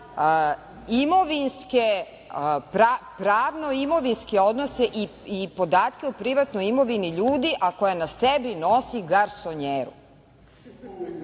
pravno-imovinske odnose i podatke o privatnoj imovini ljudi, a koja na sebi nosi garsonjeru.